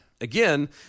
again